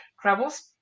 travels